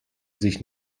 sich